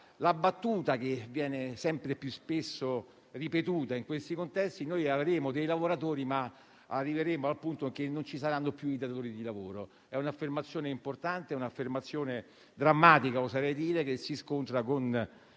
La battuta che viene sempre più spesso ripetuta in questi contesti è che avremo lavoratori, ma arriveremo al punto che non ci saranno più i datori di lavoro. È un'affermazione importante, che oserei definire drammatica e che si scontra con